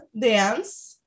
dance